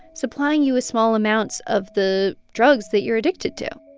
supplying you with small amounts of the drugs that you're addicted to.